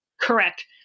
Correct